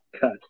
Cut